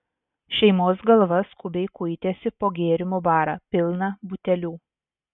šeimos galva skubiai kuitėsi po gėrimų barą pilną butelių